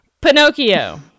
Pinocchio